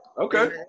Okay